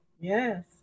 Yes